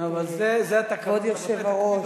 כבוד היושב-ראש.